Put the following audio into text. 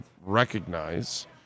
recognize